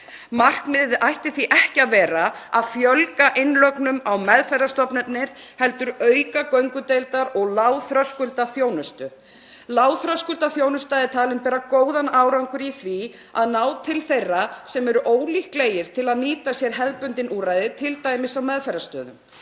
Markmiðið ætti því ekki að vera að fjölga innlögnum á meðferðarstofnanir heldur auka göngudeildar- og lágþröskuldaþjónustu. Lágþröskuldaþjónusta er talin bera góðan árangur í því að ná til þeirra sem eru ólíklegir til að nýta sér hefðbundin úrræði, t.d. á meðferðarstöðum.